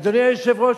אדוני היושב-ראש,